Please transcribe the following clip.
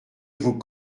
vous